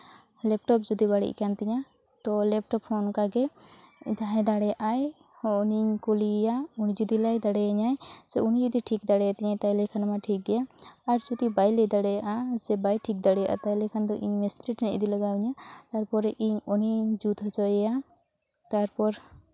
laptop ᱡᱩᱫᱤ ᱵᱟᱹᱲᱤᱡ ᱠᱟᱱ ᱛᱤᱧᱟ ᱛᱚ ᱞᱮᱯᱴᱚᱯ ᱦᱚᱸ ᱚᱱᱠᱟᱜᱮ ᱡᱟᱦᱟᱸᱭ ᱫᱟᱲᱮᱭᱟᱜ ᱟᱭ ᱦᱚᱸ ᱩᱱᱤᱧ ᱠᱩᱞᱤᱭᱮᱭᱟ ᱩᱱᱤ ᱡᱩᱫᱤ ᱞᱟᱹᱭ ᱫᱟᱲᱮ ᱤᱧᱟ ᱭ ᱩᱱᱤ ᱡᱩᱫᱤ ᱴᱷᱤᱠ ᱫᱟᱲᱮ ᱭᱟᱛᱤᱧᱟ ᱛᱟᱦᱞᱮ ᱠᱷᱟᱱᱢᱟ ᱴᱷᱤᱠ ᱜᱮᱭᱟ ᱟᱨ ᱡᱩᱫᱤ ᱵᱟᱭ ᱞᱟᱹᱭ ᱫᱟᱲᱮᱭᱟᱜᱼᱟ ᱡᱮ ᱵᱟᱭ ᱴᱷᱤᱠ ᱫᱟᱲᱮᱭᱟᱜᱼᱟ ᱛᱟᱦᱚᱞᱮ ᱠᱷᱟᱱ ᱫᱚ ᱤᱧ ᱢᱤᱥᱛᱨᱤ ᱴᱷᱮᱱ ᱤᱫᱤ ᱞᱟᱜᱟᱣ ᱤᱧᱟ ᱛᱟᱨᱯᱚᱨᱮ ᱤᱧ ᱩᱱᱤᱧ ᱡᱩᱛ ᱦᱚᱪᱚᱭᱮᱭᱟ ᱛᱟᱨᱯᱚᱨ